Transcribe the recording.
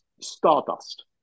Stardust